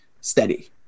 steady